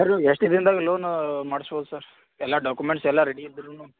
sir ಎಷ್ಟ್ ದಿನದಂಗ ಲೋನೂ ಮಾಡಿಸ್ಬೋದು ಸರ್ ಎಲ್ಲ ಡಾಕ್ಯುಮೆಂಟ್ಸ್ ಎಲ್ಲ ರೆಡಿ ಇದ್ದರೂನು